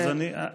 א.